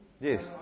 Yes